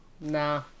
Nah